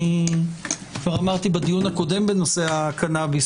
אני כבר אמרתי בדיון הקודם בנושא הקנאביס